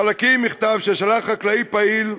חלקים ממכתב, ששלח חקלאי פעיל,